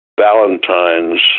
Valentine's